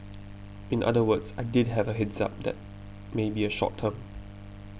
in other words I did have a heads up that may be a short term